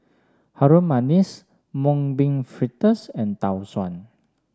Harum Manis Mung Bean Fritters and Tau Suan